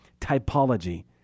typology